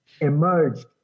emerged